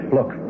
Look